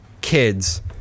kids